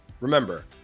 Remember